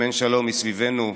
גם אין שלום מסביבנו,